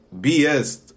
BS